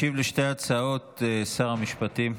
ישיב על שתי ההצעות שר המשפטים,